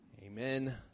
Amen